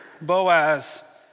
Boaz